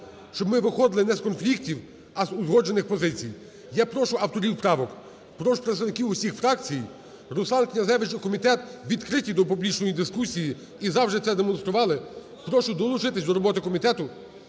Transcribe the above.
щоб ми виходили не з конфліктів, а з узгоджених позицій. Я прошу авторів правок, прошу представників усіх фракцій, Руслан Князевич і комітет відкриті до публічної дискусії і завжди це демонстрували, прошу долучитись до роботи комітету